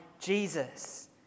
Jesus